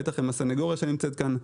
בטח עם הסנגוריה שנמצאת כאן.